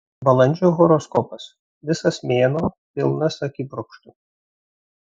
balandžio horoskopas visas mėnuo pilnas akibrokštų